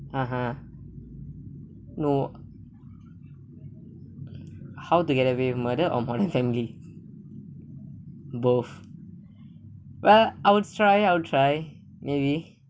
a'ah no how to get away from murder on modern family both !wah! I'll try I'll try maybe